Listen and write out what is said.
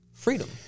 Freedom